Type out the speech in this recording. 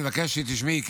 אני מבקש שתשמעי,